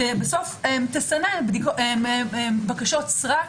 בסוף תסנן בקשות סרק.